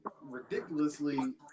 ridiculously